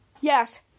Yes